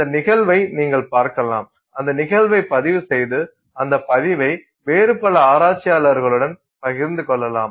அந்த நிகழ்வை நீங்கள் பார்க்கலாம் அந்த நிகழ்வைப் பதிவுசெய்து அந்த பதிவை வேறு பல ஆராய்ச்சியாளர்கள்ளுடன் பகிர்ந்து கொள்ளலாம்